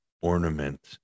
ornament